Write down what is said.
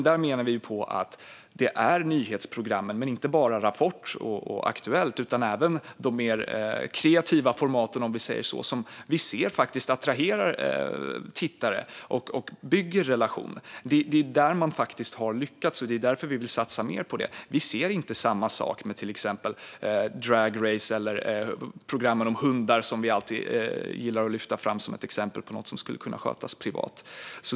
Där menar vi att det är nyhetsprogrammen, men inte bara Rapport och Aktuellt utan även de mer kreativa formaten, som vi ser faktiskt attraherar tittare och bygger relation. Det är där man har lyckats, och det är därför vi vill satsa mer på det. Vi ser inte samma sak med till exempel Drag R ace eller programmen om hundar, som vi alltid gillar att lyfta fram som exempel på något som skulle kunna skötas privat.